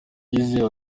yizewe